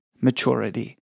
maturity